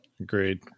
agreed